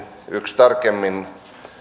yksi tarkimmin